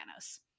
Thanos